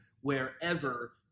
wherever